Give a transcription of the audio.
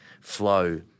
flow